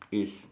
is